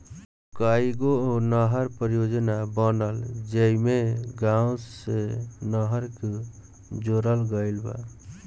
कईगो नहर परियोजना बनल जेइमे गाँव से नहर के जोड़ल गईल बा